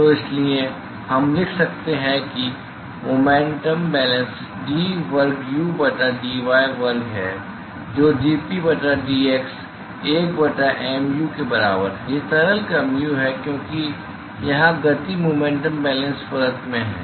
तो इसलिए हम लिख सकते हैं कि मोमेन्टम बेलेन्स d वर्ग u बटा dy वर्ग है जो dP बटा dx 1 बटा mu के बराबर है वह तरल का म्यू है क्योंकि यहां गति मोमेन्टम बेलेन्स परत में है